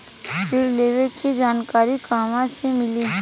ऋण लेवे के जानकारी कहवा से मिली?